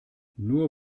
nur